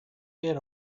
get